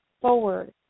forward